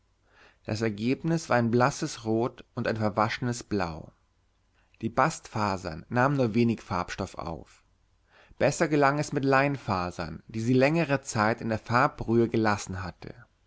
das ergebnis war ein blasses rot und ein verwaschenes blau die bastfasern nahmen nur wenig farbstoff auf besser gelang es mit leinfasern die sie längere zeit in der farbbrühe gelassen hatte